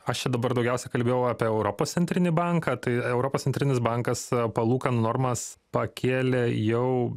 aš čia dabar daugiausia kalbėjau apie europos centrinį banką tai europos centrinis bankas palūkanų normas pakėlė jau